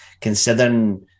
considering